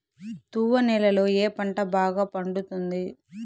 తువ్వ నేలలో ఏ పంట బాగా పండుతుంది?